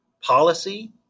policy